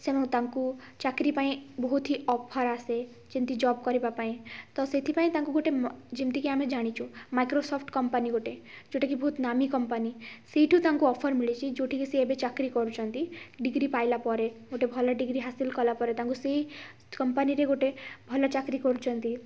ତାଙ୍କୁ ଚାକିରି ପାଇଁ ବହୁତ ହି ଅଫର୍ ଆସେ ଯେମିତି ଜବ୍ କରିବା ପାଇଁ ତ ସେଇଥିପାଇଁ ତାଙ୍କୁ ଗୋଟେ ମ ଯେମିତି କି ଆମେ ଜାଣିଛୁ ମାଇକ୍ରୋସଫ୍ଟ କମ୍ପାନୀ ଗୋଟେ ଯେଉଁଟାକି ଗୋଟେ ବହୁତ ନାମୀ କମ୍ପାନୀ ସେଇଠୁ ତାଙ୍କୁ ଅଫର୍ ମିଳିଛି ଯେଉଁଠିକି ତାଙ୍କେ ଚାକିରି କରୁଛନ୍ତି ଡିଗ୍ରୀ ପାଇଲା ପରେ ଗୋଟେ ଭଲ ଡିଗ୍ରୀ ହାସଲ୍ କଲା ପରେ ତାଙ୍କୁ ସେହି କମ୍ପାନୀରେ ଗୋଟେ ଭଲ ଚାକିରି କରୁଛନ୍ତି